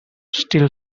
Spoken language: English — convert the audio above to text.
still